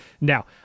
Now